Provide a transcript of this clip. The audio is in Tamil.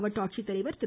மாவட்ட ஆட்சித்தலைவர் திரு